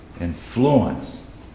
influence